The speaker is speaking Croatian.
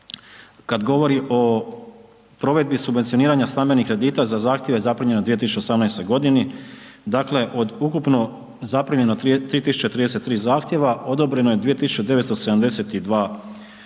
kad govori o provedbi subvencioniranja stambenih kredita za zahtjeve zaprimljene u 2018.g., dakle, od ukupno zaprimljeno 3033 zahtjeva, odobreno je 2972 zahtjeva,